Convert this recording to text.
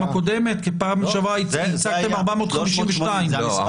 הקודמת כי בפעם שעברה ייצגתם 452. לא.